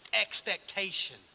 expectation